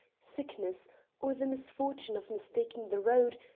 sickness or the misfortune of mistaking the road,